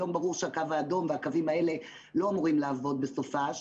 היום ברור שהקו האדום והקווים האלה לא אמורים לעבוד בסופי שבוע,